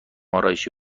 آرایشی